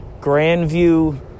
Grandview